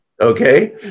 Okay